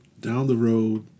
down-the-road